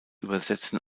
übersetzen